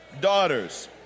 daughters